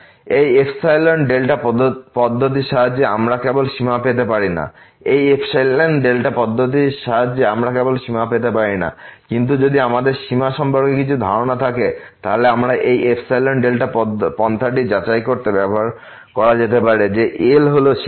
এই ϵδ পদ্ধতির সাহায্যে আমরা কেবল সীমা পেতে পারি না কিন্তু যদি আমাদের সীমা সম্পর্কে কিছু ধারণা থাকে তাহলে এই ϵδ পন্থাটি যাচাই করতে ব্যবহার করা যেতে পারে যে L হল সীমা